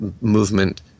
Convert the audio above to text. movement